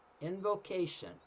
Invocation